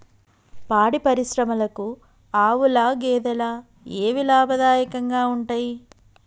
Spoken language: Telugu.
పాడి పరిశ్రమకు ఆవుల, గేదెల ఏవి లాభదాయకంగా ఉంటయ్?